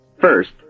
First